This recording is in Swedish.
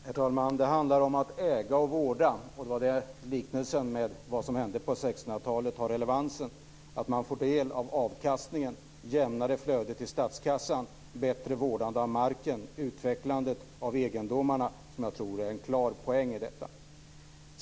Herr talman! Det handlar om att äga och vårda. Det är där liknelsen med vad som hände på 1600-talet har sin relevans. Att man får del av avkastningen, jämnare flöde till statskassan, bättre vårdande av marken och utvecklande av egendomarna tror jag är en klar poäng i detta.